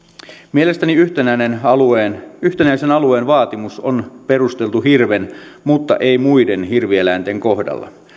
mielestäni yhtenäisen alueen yhtenäisen alueen vaatimus on perusteltu hirven mutta ei muiden hirvieläinten kohdalla